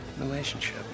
relationship